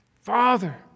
Father